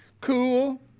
cool